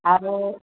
ଆଉ